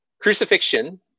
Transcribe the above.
Crucifixion